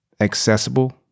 accessible